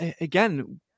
again